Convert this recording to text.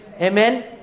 Amen